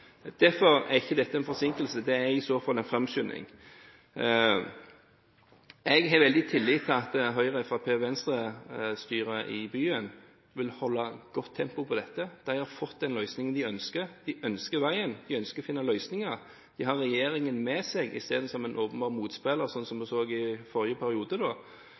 Derfor er ikke dette en forsinkelse, det er i så fall en framskynding. Jeg har veldig tillit til at Høyre-, Fremskrittsparti- og Venstre-styret i byen vil holde godt tempo på dette. De har fått den løsningen de ønsker. De ønsker veien – de ønsker å finne løsninger. De har regjeringen med seg, istedenfor som en åpenbar motspiller, sånn som vi så i forrige periode. Da